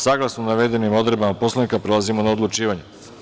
Saglasno navedenim odredbama Poslovnika, prelazimo na odlučivanje.